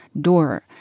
door